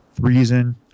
reason